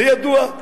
זה ידוע.